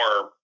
more